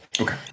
Okay